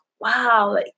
wow